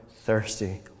thirsty